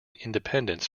independence